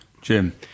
Jim